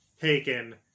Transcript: taken